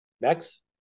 Next